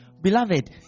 Beloved